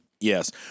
Yes